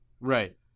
right